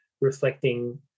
reflecting